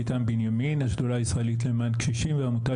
העובדת